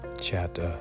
chapter